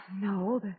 No